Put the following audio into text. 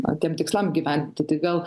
tiem tikslam įgyvendinti tai gal